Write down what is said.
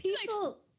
people